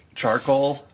Charcoal